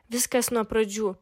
viskas nuo pradžių